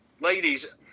ladies